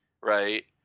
right